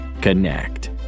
Connect